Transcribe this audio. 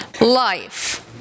life